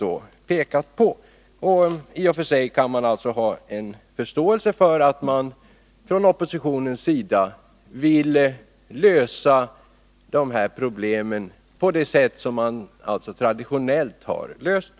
I och för sig kan man ha förståelse för att oppositionen vill lösa de här problemen på det sätt som man traditionellt har gjort.